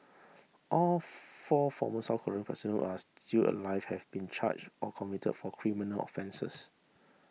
all four former South Korean presidents are still alive have been charged or convicted for criminal offences